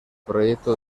proyecto